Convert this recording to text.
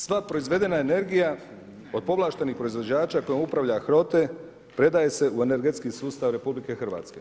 Sva proizvedena energija od povlaštenih proizvođača kojim upravlja HROTE predaje se u energetski sustav RH.